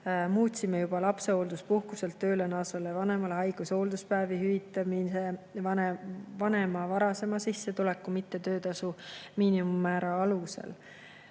Muutsime juba lapsehoolduspuhkuselt tööle naasnud vanemale haigus- ja hoolduspäevade hüvitamise vanema varasema sissetuleku, mitte töötasu miinimummäära alusel.